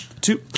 two